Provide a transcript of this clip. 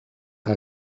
que